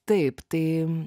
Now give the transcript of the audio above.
taip tai